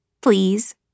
Please